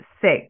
six